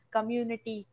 Community